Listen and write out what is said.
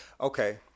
Okay